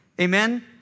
Amen